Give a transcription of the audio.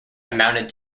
amounted